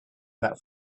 that